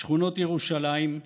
בשכונות ירושלים,